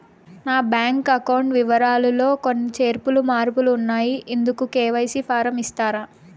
నా bank account వివరాలు లో కొన్ని చేర్పులు మార్పులు ఉన్నాయి, ఇందుకు కె.వై.సి ఫారం ఇస్తారా?